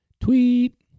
tweet